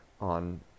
on